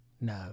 No